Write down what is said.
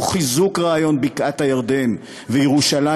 תוך חיזוק רעיון בקעת-הירדן וירושלים